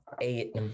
eight